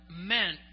meant